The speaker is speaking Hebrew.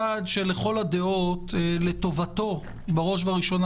צעד שלכל הדעות שלטובתו בראש ובראשונה